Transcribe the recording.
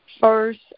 first